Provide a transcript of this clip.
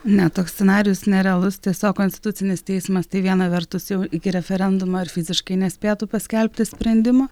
ne toks scenarijus nerealus tiesiog konstitucinis teismas tai viena vertus jau iki referendumo ir fiziškai nespėtų paskelbti sprendimą